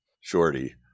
Shorty